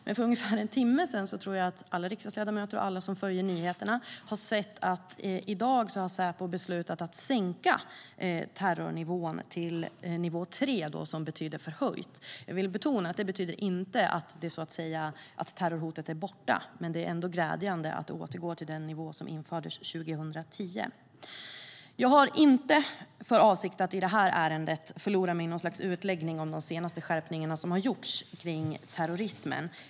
Men för ungefär en timme sedan tror jag att alla riksdagsledamöter och alla som följer nyheterna har hört att i dag har Säpo beslutat att sänka terrorhotnivån till nivå 3, som betyder förhöjd. Jag vill betona att det inte betyder att terrorhotet är borta, men det är ändå glädjande att nivån återgår till den nivå som var 2010. Jag har inte för avsikt att i det här ärendet förlora mig i något slags utläggning om de senaste skärpningarna som har gjorts kring terrorismen.